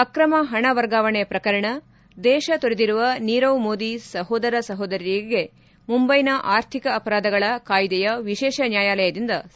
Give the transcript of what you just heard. ಅಕ್ರಮ ಹಣ ವರ್ಗಾವಣೆ ಪ್ರಕರಣ ದೇಶ ತೊರೆದಿರುವ ನೀರವ್ ಮೋದಿ ಸಹೋದರ ಸಹೋದರಿಗೆ ಮುಂಬೈನ ಆರ್ಥಿಕ ಅಪರಾಧಗಳ ಕಾಯ್ದೆಯ ವಿಶೇಷ ನ್ಯಾಯಾಲಯದಿಂದ ಸಮನ್ಸ್ ಜಾರಿ